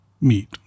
meet